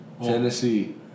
Tennessee